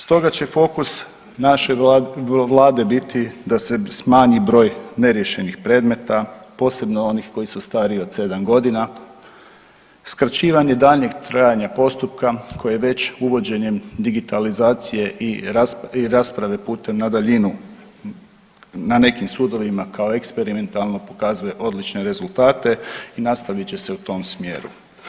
Stoga će fokus naše vlade biti da se smanji broj neriješenih predmeta posebno onih koji su stariji od sedam godina, skraćivanje daljnjeg trajanja postupka koji je već uvođenjem digitalizacije i rasprave putem na daljinu na nekim sudovima kao eksperimentalno pokazuje odlične rezultate i nastavit će se u tom smjeru.